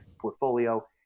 portfolio